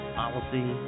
policy